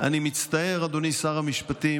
אני מצטער, אדוני שר המשפטים,